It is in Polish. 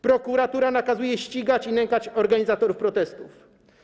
Prokuratura nakazuje ścigać i nękać organizatorów protestów.